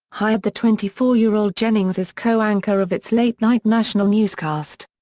hired the twenty four year old jennings as co-anchor of its late-night national newscast.